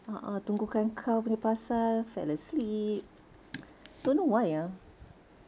a'ah tunggu kan kau punya pasal fell asleep don't know why ah